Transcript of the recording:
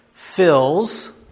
fills